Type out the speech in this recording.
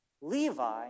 Levi